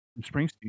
Springsteen